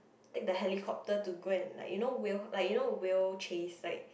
take the helicopter to go and like you know whale like you know whale chase like